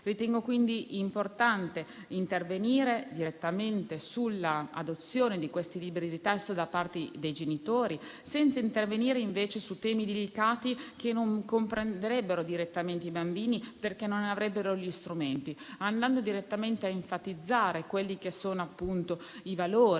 Ritengo quindi importante intervenire direttamente sull'adozione di questi libri di testo da parte dei genitori, senza intervenire invece su temi delicati che non comprenderebbero direttamente i bambini perché non avrebbero gli strumenti, andando direttamente a enfatizzare quelli che sono i valori